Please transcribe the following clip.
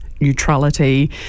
neutrality